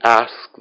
ask